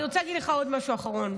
אני רוצה להגיד לך עוד משהו אחרון.